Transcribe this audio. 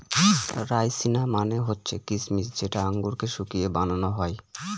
রাইসিনা মানে হচ্ছে কিসমিস যেটা আঙুরকে শুকিয়ে বানানো হয়